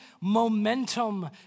momentum